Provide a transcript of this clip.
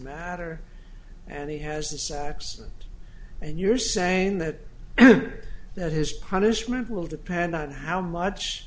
matter and he has this accident and you're saying that that his punishment will depend on how much